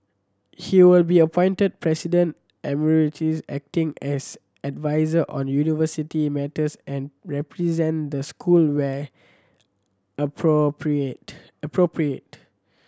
he will be appointed President Emeritus acting as adviser on university matters and represent the school where appropriate appropriate